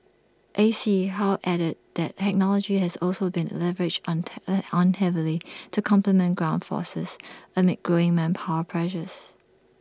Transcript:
A C How added that technology has also been leveraged on ten on heavily to complement ground forces amid growing manpower pressures